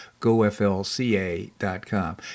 GoFLCA.com